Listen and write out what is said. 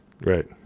Right